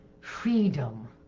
freedom